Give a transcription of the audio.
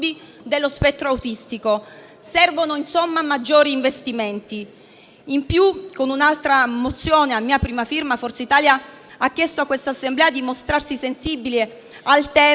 dello spettro autistico. Servono insomma maggiori investimenti. In più, con un'altra mozione a mia prima firma, Forza Italia ha chiesto a questa Assemblea di mostrarsi sensibile al tema